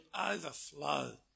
overflow